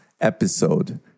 episode